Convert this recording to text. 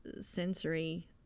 sensory